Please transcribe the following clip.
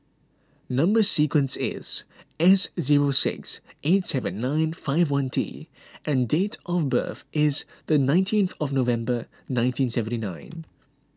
Number Sequence is S zero six eight seven nine five one T and date of birth is the nineteenth of November nineteen seventy nine